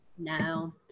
No